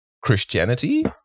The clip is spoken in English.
Christianity